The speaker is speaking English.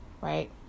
right